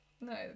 No